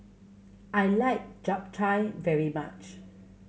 I like Japchae very much